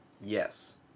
yes